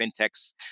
fintechs